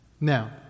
Now